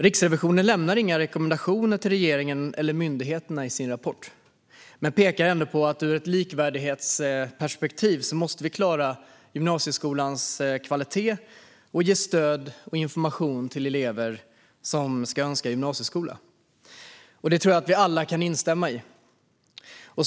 Riksrevisionen lämnar inga rekommendationer till regeringen eller myndigheterna i sin rapport, men pekar på att vi ur ett likvärdighetsperspektiv måste klara gymnasieskolans kvalitet och ge stöd och information till elever som ska önska gymnasieskola. Det tror jag att vi alla kan instämma i.